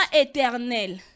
éternel